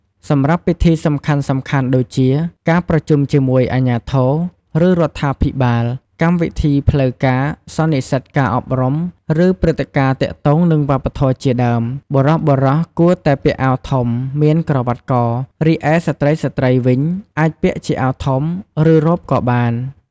សម្រាប់ពិធីសំខាន់ៗដូចជា ការប្រជុំជាមួយអាជ្ញាធរ ឬ រដ្ឋាភិបាល កម្មវិធីផ្លូវការ សន្និសិតការអប់រំ ឬ ព្រឹត្តិការណ៍ទាក់ទងនឹងវប្បធម៌ជាដើម បុរសៗគួរតែពាក់អាវធំ មានក្រវាត់ក រីឯស្ត្រីៗវិញ អាចពាក់ជាអាវធំ ឬ រ៉ូបក៏បាន។